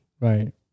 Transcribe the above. Right